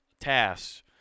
tasks